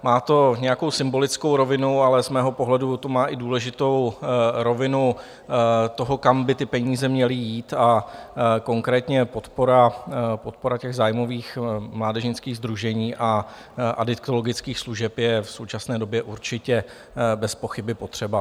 Má to nějakou symbolickou rovinu, ale z mého pohledu to má i důležitou rovinu toho, kam by ty peníze měly jít, a konkrétně podpora těch zájmových mládežnických sdružení a adiktologických služeb je v současné době určitě bezpochyby potřebná.